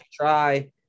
try